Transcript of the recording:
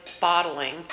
bottling